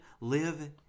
live